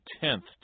tenth